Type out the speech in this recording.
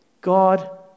God